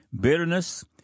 Bitterness